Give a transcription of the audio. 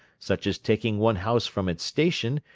such as taking one house from its station,